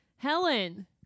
Helen